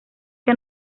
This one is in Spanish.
que